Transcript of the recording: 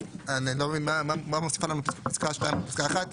אז מה מוסיפה לנו פסקה (2) על פסקה (1)?